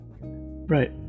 Right